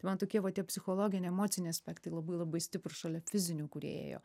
man tokie va tie psichologiniai emociniai aspektai labai labai stiprūs šalia fizinių kurie ėjo